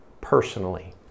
personally